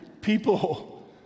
people